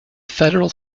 federal